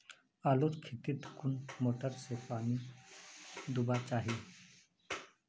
आलूर खेतीत कुन मोटर से पानी दुबा चही?